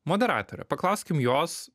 moderatorė paklauskim jos